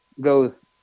goes